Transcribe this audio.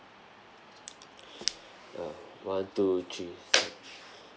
uh one two three